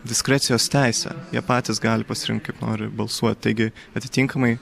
diskrecijos teisė jie patys gali pasirinkti kaip nori balsuoti taigi atitinkamai